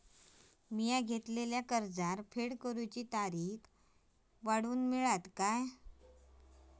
मी घेतलाला कर्ज फेड करूची तारिक वाढवन मेलतली काय?